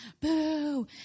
boo